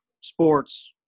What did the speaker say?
sports